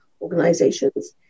organizations